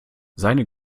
seine